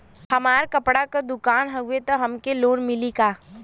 हमार कपड़ा क दुकान हउवे त हमके लोन मिली का?